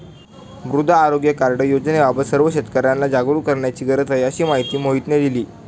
मृदा आरोग्य कार्ड योजनेबाबत सर्व शेतकर्यांना जागरूक करण्याची गरज आहे, अशी माहिती मोहितने दिली